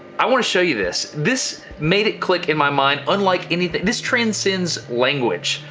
i want to show you this, this made it click in my mind unlike anything, this transcends language.